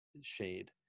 shade